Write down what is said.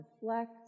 reflect